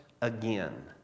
again